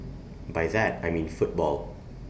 by that I mean football